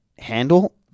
handle